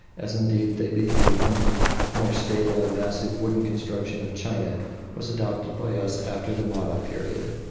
as indeed they became when the more stable and massive wooden construction of china was adopted by us after the nara period.